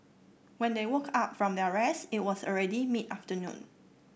when they woke up from their rest it was already mid afternoon